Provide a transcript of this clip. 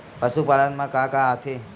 पशुपालन मा का का आथे?